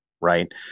Right